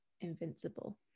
invincible